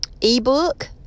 ebook